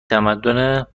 تمدن